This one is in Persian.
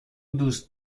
دوست